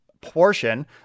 portion